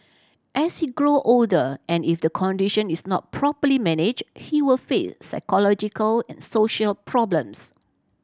as he grow older and if the condition is not properly manage he were face psychological and social problems